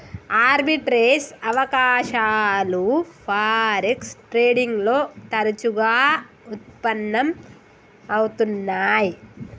arbitrage అవకాశాలు forex trading లో తరచుగా వుత్పన్నం అవుతున్నై